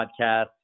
podcast